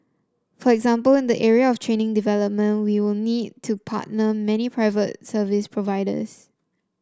for example in the area of training development we will need to partner many private service providers